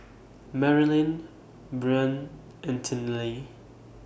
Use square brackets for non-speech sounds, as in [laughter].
Marilyn Brien and [unintelligible]